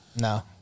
No